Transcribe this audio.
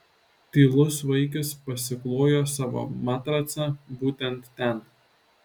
tylus vaikis pasiklojo savo matracą būtent ten